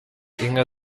inka